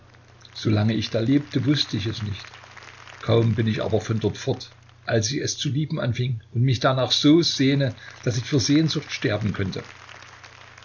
ich da lebte wußte ich es nicht kaum bin ich aber von dort fort als ich es zu lieben anfing und mich danach so sehne daß ich vor sehnsucht sterben könnte